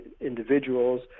individuals